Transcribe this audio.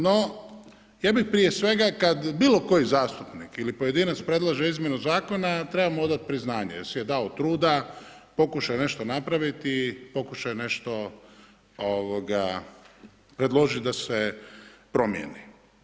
No ja bih prije svega, kad bilo koji zastupnik ili pojedinac predlaže izmjenu zakona, trebamo mu odat priznanje jer si je dao truda, pokušao je nešto napraviti pokušao je nešto predložiti da se promijeni.